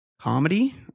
comedy